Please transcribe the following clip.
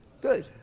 Good